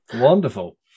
Wonderful